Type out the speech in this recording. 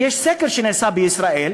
יש סקר שנעשה בישראל,